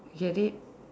you get it